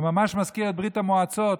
זה ממש מזכיר את ברית המועצות.